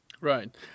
Right